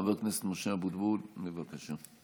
חבר הכנסת משה אבוטבול, בבקשה.